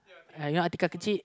uh you know Atiqah